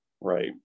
right